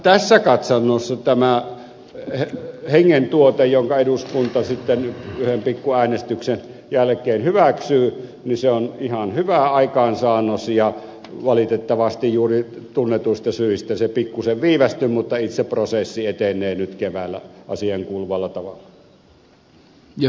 tässä katsannossa tämä hengentuote jonka eduskunta sitten yhden pikku äänestyksen jälkeen hyväksyy on ihan hyvä aikaansaannos ja valitettavasti juuri tunnetuista syistä se pikkuisen viivästyi mutta itse prosessi etenee nyt keväällä asiaan kuuluvalla tavalla